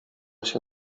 się